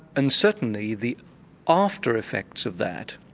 and certainly the after effects of that,